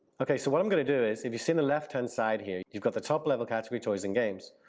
okay, so what's i'm gonna do is if you see on the left hand side here, you've got the top level category toys and games.